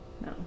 No